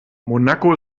monaco